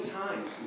times